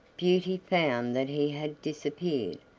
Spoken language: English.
beauty found that he had disappeared,